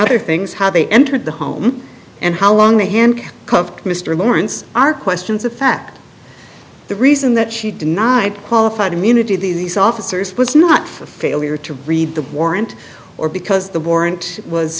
other things how they entered the home and how long they hand cuffed mr lawrence are questions of fact the reason that she denied qualified immunity these officers was not for failure to read the warrant or because the warrant was